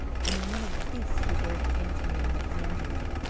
and in one of the feasts she gave to antony at alexandria,